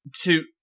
to-